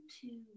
two